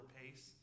pace